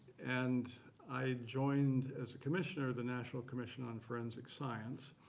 and i joined as commissioner the national commission on forensic science.